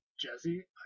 Jesse